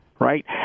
right